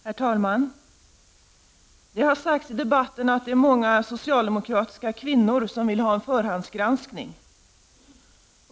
Herr talman! Det har sagts i debatten att det är många socialdemokratiska kvinnor som vill ha en förhandsgranskning.